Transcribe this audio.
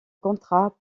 contrat